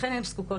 לכן הן זקוקות